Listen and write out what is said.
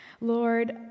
Lord